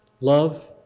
Love